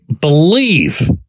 believe